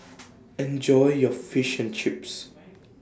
Enjoy your Fish and Chips